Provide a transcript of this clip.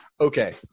Okay